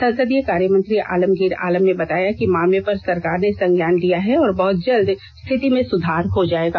संसदीय कार्यमंत्री आलमगीर आलम ने बताया कि मामले पर सरकार ने संज्ञान लिया है और बहुत जल्द स्थिति में सुधार हो जाएगा